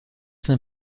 saint